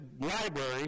library